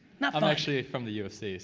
no i'm actually from the usda.